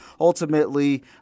ultimately